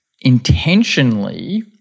intentionally